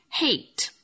hate